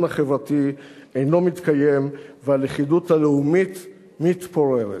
החברתי אינו מתקיים והלכידות הלאומית מתפוררת.